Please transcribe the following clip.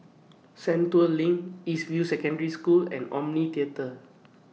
Sentul LINK East View Secondary School and Omni Theatre